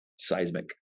seismic